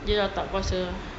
dia dah tak kuasa ah